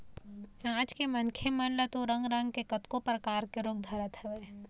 आज के मनखे मन ल तो रंग रंग के कतको परकार के रोग धरत हवय